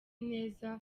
neza